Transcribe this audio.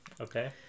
Okay